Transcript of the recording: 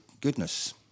goodness